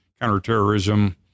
counterterrorism